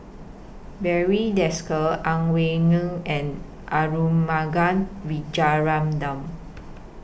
Barry Desker Ang Wei Neng and Arumugam Vijiaratnam